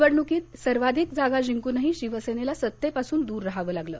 निवडणुकीत सर्वाधिक जागा जिंकूनही शिवसेनेला सत्तेपासून द्र रहावं लागलं